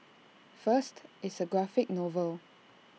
first it's A graphic novel